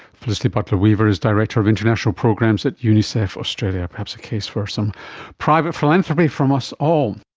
felicity butler-wever is director of international programs at unicef australia. perhaps a case for some private philanthropy from us all